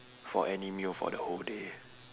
for any meal for the whole day